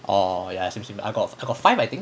orh ya same same I've got I've got five I think